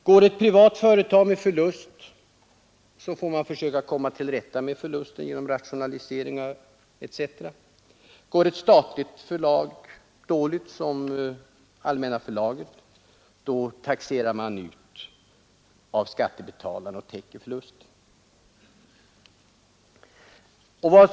Går ett privat företag med förlust får man försöka komma till rätta med förlusten genom rationeliseringar etc. Går ett statligt företag dåligt, som Allmänna förlaget, taxerar man ut av skattebetalarna och täcker därmed förlusten.